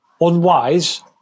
unwise